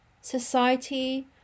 society